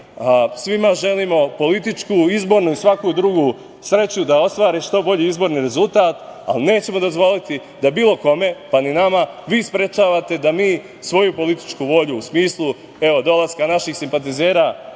Svima želimo političku, izbornu i svaku drugu sreću da ostvare što bolji izborni rezultat, ali nećemo dozvoliti da bilo kome, pa ni nama, vi sprečavate da mi svoju političku volju u smislu dolaska naših simpatizera